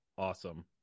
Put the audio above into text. awesome